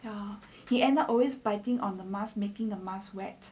ya he ended always biting on the mask making the mask wet